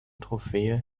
trophäe